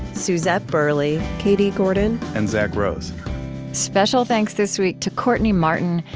suzette burley, katie gordon, and zack rose special thanks this week to courtney martin,